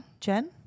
Jen